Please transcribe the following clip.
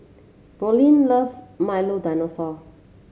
Brooklynn love Milo Dinosaur